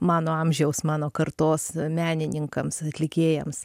mano amžiaus mano kartos menininkams atlikėjams